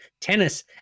tennis